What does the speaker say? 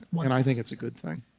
like and i think it's a good thing.